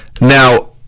Now